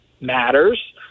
matters